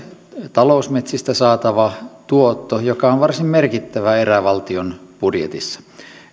talousmetsistä saatava tuotto joka on varsin merkittävä erä valtion budjetissa